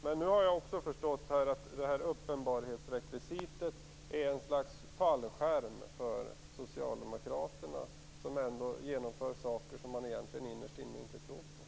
Men nu har jag också förstått att det här uppenbarhetsrekvisitet är ett slags fallskärm för Socialdemokraterna, som genomför saker som man innerst inne inte tror på.